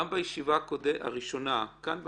גם בישיבה הראשונה כאן בוועדה,